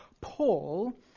Paul